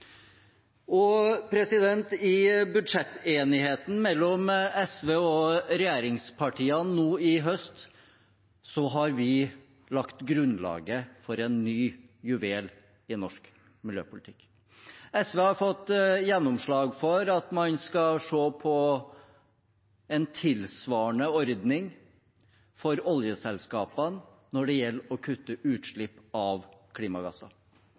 I budsjettenigheten mellom SV og regjeringspartiene nå i høst har vi lagt grunnlaget for en ny juvel i norsk miljøpolitikk. SV har fått gjennomslag for at man skal se på en tilsvarende ordning for oljeselskapene når det gjelder å kutte utslipp av klimagasser.